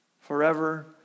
forever